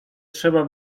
trzeba